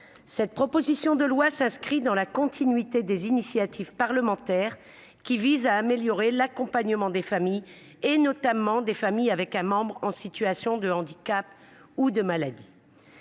Cette proposition de loi s’inscrit dans la continuité des initiatives parlementaires visant à améliorer l’accompagnement des familles, notamment de celles dont un membre est en situation de handicap ou de maladie.